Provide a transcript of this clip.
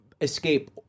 escape